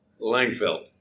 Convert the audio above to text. Langfeld